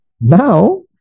Now